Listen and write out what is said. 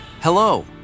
Hello